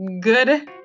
good